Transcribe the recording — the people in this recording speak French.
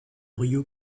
río